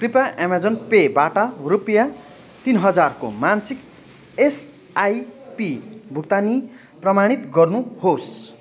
कृपया अमाजन पेबाट रुपियाँ तिन हजारको मासिक एसआइपी भुक्तानी प्रमाणित गर्नुहोस्